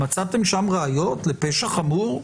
מצאתם שם ראיות לפשע חמור,